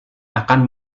akan